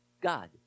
God